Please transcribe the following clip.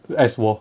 as 我